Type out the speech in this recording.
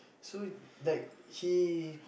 so like he